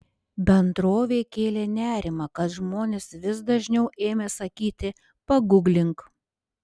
bendrovei kėlė nerimą kad žmonės vis dažniau ėmė sakyti paguglink